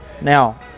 now